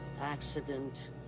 accident